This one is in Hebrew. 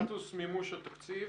סטטוס מימוש התקציב.